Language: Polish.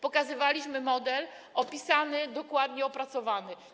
Pokazywaliśmy model opisany, dokładnie opracowany.